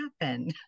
happen